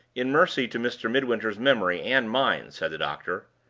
in mercy to mr. midwinter's memory and mine, said the doctor.